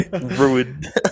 ruined